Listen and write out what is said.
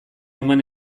eman